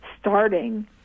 starting